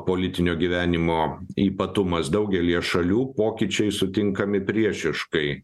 politinio gyvenimo ypatumas daugelyje šalių pokyčiai sutinkami priešiškai